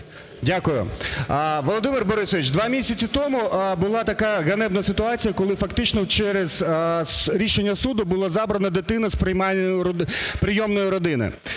Дякую. Володимир Борисович, два місяці тому була така ганебна ситуація, коли фактично через рішення суду було забрано дитина з прийомної родини.